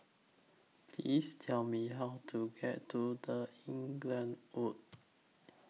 Please Tell Me How to get to The Inglewood